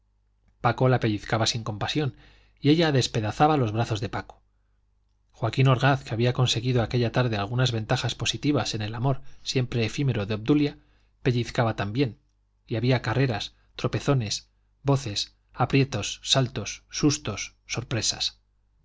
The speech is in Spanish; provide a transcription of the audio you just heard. paco la pellizcaba sin compasión y ella despedazaba los brazos de paco joaquín orgaz que había conseguido aquella tarde algunas ventajas positivas en el amor siempre efímero de obdulia pellizcaba también y había carreras tropezones voces aprietos saltos sustos sorpresas